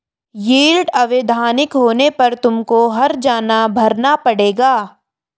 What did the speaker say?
yield अवैधानिक होने पर तुमको हरजाना भरना पड़ेगा